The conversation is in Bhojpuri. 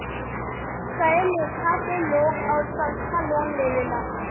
कए लेखा के लोग आउर संस्थान लोन लेवेला